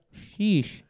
Sheesh